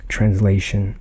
Translation